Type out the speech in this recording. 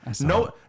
No